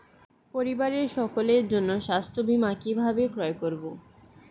পরিবারের সকলের জন্য স্বাস্থ্য বীমা কিভাবে ক্রয় করব?